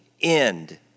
end